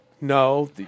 No